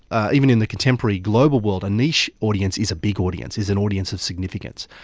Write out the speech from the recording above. even in the contemporary global world a niche audience is a big audience, is an audience of significance.